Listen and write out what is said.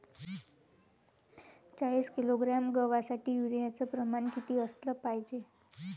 चाळीस किलोग्रॅम गवासाठी यूरिया च प्रमान किती असलं पायजे?